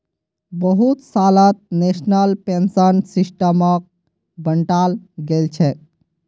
बहुत सालत national pension सिस्टमक बंटाल गेलछेक